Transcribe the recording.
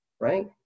right